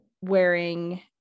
wearing